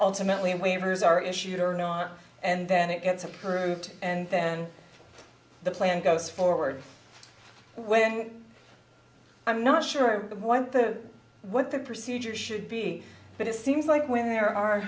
ultimately and waivers are issued or not and then it gets approved and then the plan goes forward the way and i'm not sure what the what the procedure should be but it seems like when there are